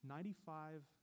Ninety-five